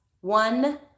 one